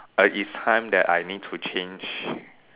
is time that I need to change